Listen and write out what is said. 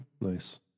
Nice